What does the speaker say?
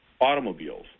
automobiles